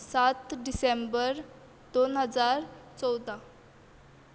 सात डिसेंबर दोन हजार चवदा